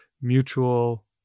mutual